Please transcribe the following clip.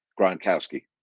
Gronkowski